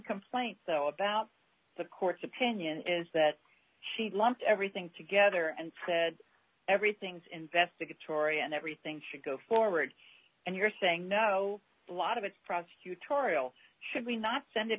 complaint though about the court's opinion is that she lumped everything together and said everything's investigatory and everything should go forward and you're saying no a lot of it prosecutorial should we not send it